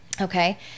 Okay